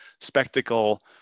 spectacle